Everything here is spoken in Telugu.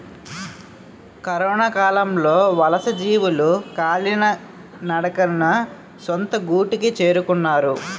కరొనకాలంలో వలసజీవులు కాలినడకన సొంత గూటికి చేరుకున్నారు